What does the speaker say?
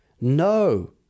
No